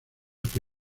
que